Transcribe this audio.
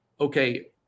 Okay